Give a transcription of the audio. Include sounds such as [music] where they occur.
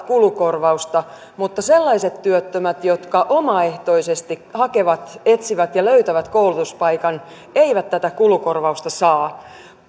[unintelligible] kulukor vausta mutta sellaiset työttömät jotka omaehtoisesti hakevat etsivät ja löytävät koulutuspaikan eivät tätä kulukorvausta saa